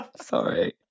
Sorry